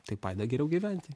tai padeda geriau gyventi